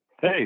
Hey